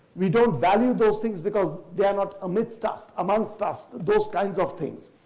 we don't value those things, because they are not amidst us, amongst us, those kinds of things.